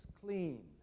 clean